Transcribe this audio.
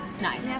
nice